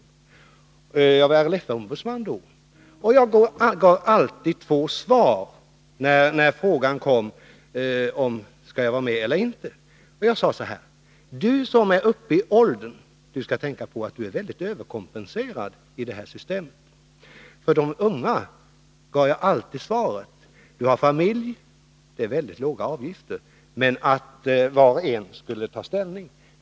På den tiden var jag RLF-ombudsman. När frågan ställdes om vederbörande skulle vara med eller ej gav jag alltid ettdera av två svar. Jag sade: Du som har nått en högre ålder skall tänka på att du är mycket överkompenserad i det här systemet. De unga gav jag alltid svaret: Du har familj — och då är det mycket låga avgifter. Sedan överlämnade jag till var och en att ta ställning.